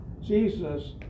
Jesus